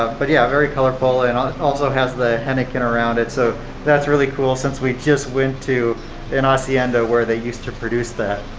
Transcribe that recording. ah but yeah, very colorful, colorful, and um also has the henequen around it so that's really cool since we just went to an hacienda where they used to produce that.